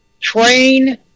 train